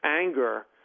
anger